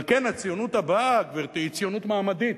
על כן הציונות הבאה, גברתי, היא ציונות מעמדית,